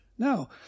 No